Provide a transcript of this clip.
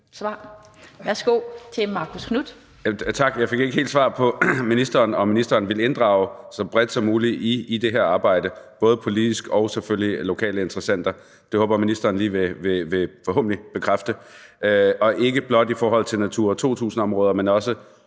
Kl. 16:44 Marcus Knuth (KF): Tak. Jeg fik ikke helt svar fra ministeren på, om ministeren vil inddrage så bredt som muligt i det her arbejde både politisk og selvfølgelig med lokale interessenter. Det håber jeg at ministeren forhåbentlig lige vil bekræfte – ikke blot i forhold til Natura 2000-områder, men også